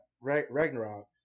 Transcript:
Ragnarok